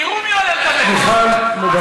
תראו מי עולה, מיכל מוותרת?